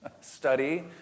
study